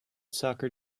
soccer